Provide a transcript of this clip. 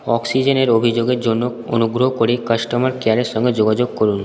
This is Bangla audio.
অক্সিজেনের অভিযোগের জন্য অনুগ্রহ করে কাস্টমার কেয়ারের সঙ্গে যোগাযোগ করুন